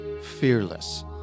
fearless